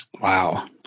Wow